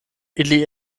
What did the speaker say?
ili